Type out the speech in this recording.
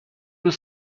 روز